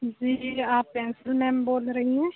جی آپ principal ma'am بول رہی ہیں